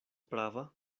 prava